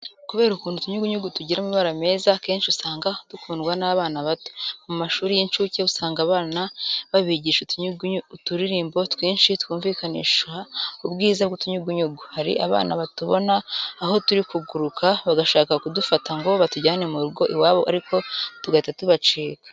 Kubera ukuntu utunyugunyugu tugira amabara meza akenshi usanga dukundwa n'abana bato. Mu mashuri y'incuke usanga abana babigisha uturirimbo twinshi twumvikanisha ubwiza bw'utunyugunyugu. Hari abana batubona aho turi kuguruka bagashaka kudufata ngo batujyane mu rugo iwabo ariko tugahita tubacika.